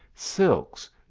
silks,